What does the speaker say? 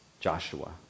Joshua